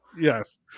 Yes